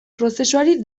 prozesuari